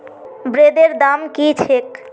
ब्रेदेर दाम की छेक